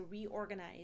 reorganize